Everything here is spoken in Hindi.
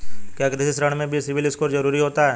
क्या कृषि ऋण में भी सिबिल स्कोर जरूरी होता है?